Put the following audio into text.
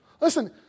Listen